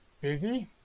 busy